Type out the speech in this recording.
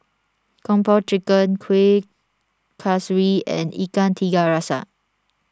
Kung Po Chicken Kuih Kaswi and Ikan Tiga Rasa